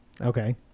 Okay